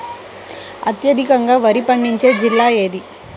అత్యధికంగా వరి పండించే జిల్లా ఏది?